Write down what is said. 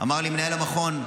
אמר לי מנהל המכון,